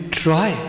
try